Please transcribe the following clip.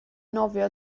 nofio